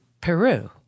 Peru